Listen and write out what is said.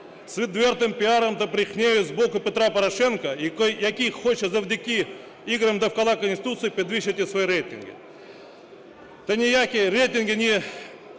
з відвертим піаром та брехнею з боку Петра Порошенка, який хоче завдяки іграм довкола Конституції підвищити свої рейтинги. Та ніякі рейтинги